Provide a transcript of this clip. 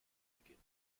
beginnen